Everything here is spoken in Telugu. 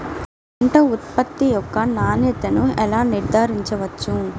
పంట ఉత్పత్తి యొక్క నాణ్యతను ఎలా నిర్ధారించవచ్చు?